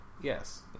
yes